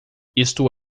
isto